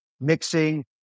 mixing